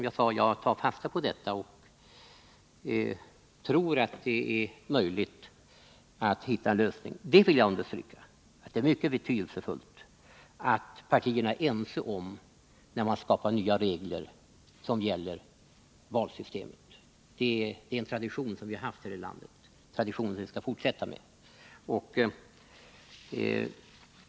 Jag tror att det är möjligt att hitta en lösning. Och jag vill understryka att det är mycket betydelsefullt att partierna är ense när man skapar nya regler som gäller valsystemet. Det är en tradition som vi har haft här i landet, och den skall vi fortsätta med.